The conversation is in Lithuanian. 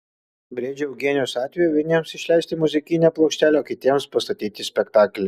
briedžio eugenijaus atveju vieniems išleisti muzikinę plokštelę o kitiems pastatyti spektaklį